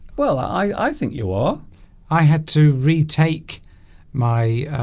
well i i think you are i had to retake my